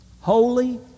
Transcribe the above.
holy